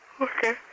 Okay